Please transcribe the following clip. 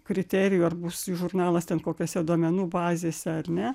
kriterijų ar mūsų žurnalas ten kokiose duomenų bazėse ar ne